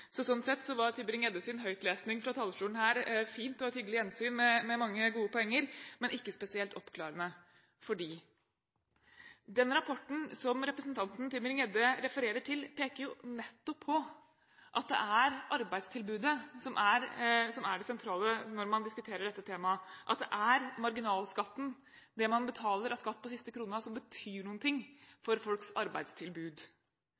så slik sett var representanten Tybring-Gjeddes høytlesning fra talerstolen her et fint og hyggelig gjensyn med mange gode poenger, men de var ikke spesielt oppklarende. Den rapporten som representanten Tybring-Gjedde refererer til, peker nettopp på at det er arbeidstilbudet som er det sentrale når man diskuterer dette temaet. Det er marginalskatten – det man betaler av skatt på den siste kronen – som betyr